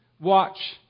Watch